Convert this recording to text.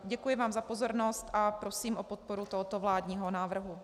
Děkuji vám za pozornost a prosím o podporu tohoto vládního návrhu.